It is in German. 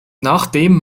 nachdem